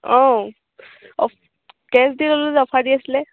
অঁ অঁ কেছ দি ল'লো যে অফাৰ দি আছিলে